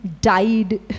died